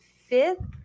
fifth